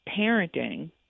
parenting